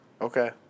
Okay